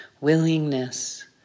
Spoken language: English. Willingness